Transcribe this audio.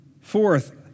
Fourth